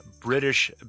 British